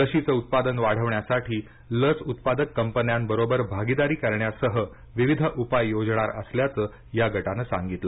लशीचं उत्पादन वाढवण्यासाठी लस उत्पादक कंपन्यांबरोबर भागीदारी करण्यासह विविध उपाय योजणार असल्याचं या गटानं सांगितलं